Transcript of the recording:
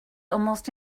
almost